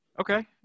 Okay